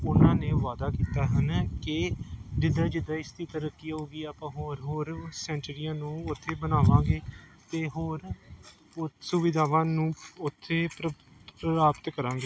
ਉਹਨਾਂ ਨੇ ਵਾਅਦਾ ਕੀਤਾ ਹਨ ਕਿ ਜਿੱਦਾਂ ਜਿੱਦਾਂ ਇਸ ਦੀ ਤਰੱਕੀ ਹੋਊਗੀ ਆਪਾਂ ਹੋਰ ਹੋਰ ਸੈਂਚਰੀਆਂ ਨੂੰ ਉੱਥੇ ਬਣਾਵਾਂਗੇ ਅਤੇ ਹੋਰ ਉੱ ਸੁਵਿਧਾਵਾਂ ਨੂੰ ਉੱਥੇ ਪਰਾ ਪ੍ਰਾਪਤ ਕਰਾਂਗੇ